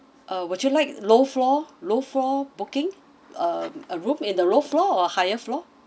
uh would you like low floor low floor booking um a room in the low floor or higher floor